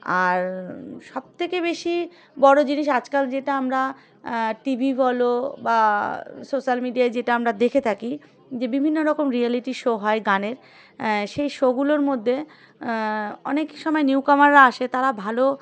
আর সব থেকে বেশি বড়ো জিনিস আজকাল যেটা আমরা টিভি বলো বা সোশ্যাল মিডিয়ায় যেটা আমরা দেখে থাকি যে বিভিন্ন রকম রিয়ালিটি শো হয় গানের সেই শোগুলোর মধ্যে অনেক সময় নিউকামাররা আসে তারা ভালো